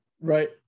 right